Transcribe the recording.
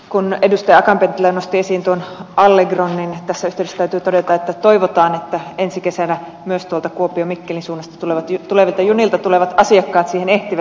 akaan penttilä nosti esiin tuon allegron niin tässä yhteydessä täytyy todeta että toivotaan että ensi kesänä myös tuolta kuopiomikkelin suunnasta tulevilta junilta tulevat asiakkaat siihen ehtivät